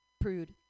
prude